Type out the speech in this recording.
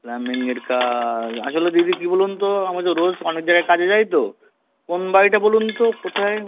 প্লামবিংয়ের কাজ আসলে দিদি কী বলুন তো আমি তো রোজ অনেক জায়গায় কাজে যাই তো কোন বাড়িটা বলুন তো কোথায়